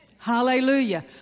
Hallelujah